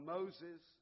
Moses